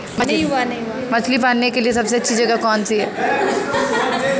मछली पालन करवार सबसे अच्छा जगह कुनियाँ छे?